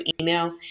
email